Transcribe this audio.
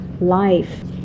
life